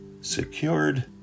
Secured